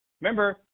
remember